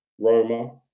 Roma